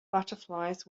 butterflies